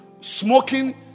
smoking